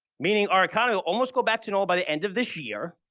meaning, our economy will almost go back to normal by the end of this year.